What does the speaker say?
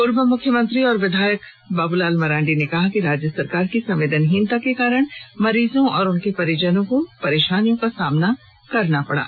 पूर्व मुख्यमंत्री और विधायक बाबूलाल मरांडी ने कहा कि राज्य सरकार की संवेदनहीनता के कारण मरीजों और उनके परिजनों को परेशानियों का सामना करना पड़ा